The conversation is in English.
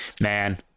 man